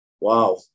Wow